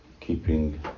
keeping